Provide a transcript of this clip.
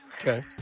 Okay